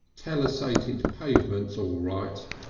telessated pavements, all right.